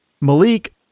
Malik